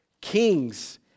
Kings